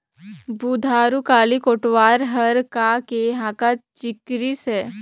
बुधारू काली कोटवार हर का के हाँका चिकरिस हे?